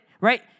right